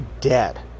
dead